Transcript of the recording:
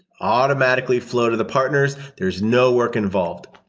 automatically flow to the partners, there's no work involved.